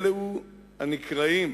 אלו הנקראים